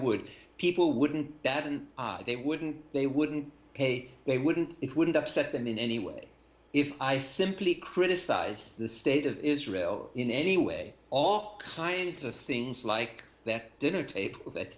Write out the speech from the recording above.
would people wouldn't do that and they wouldn't they wouldn't pay they wouldn't it wouldn't upset them in any way if i simply criticise the state of israel in any way all kinds of things like that dinner table that